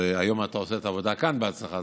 היום אתה עושה את העבודה כאן בהצלחה,